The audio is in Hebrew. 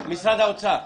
משרד האוצר.